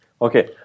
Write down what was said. Okay